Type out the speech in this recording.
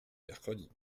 mercredi